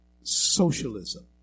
socialism